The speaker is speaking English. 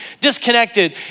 disconnected